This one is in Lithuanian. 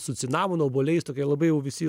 su cinamonu obuoliais tokia labai jau visi